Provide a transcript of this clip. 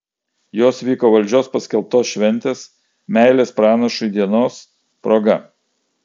jos vyko valdžios paskelbtos šventės meilės pranašui dienos proga